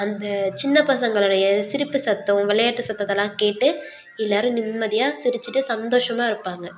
அந்த சின்ன பசங்களோடைய சிரிப்பு சத்தம் விளையாட்டு சத்தத்தெல்லாம் கேட்டு எல்லாரும் நிம்மதியாக சிரிச்சிட்டு சந்தோஷமாக இருப்பாங்க